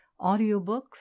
audiobooks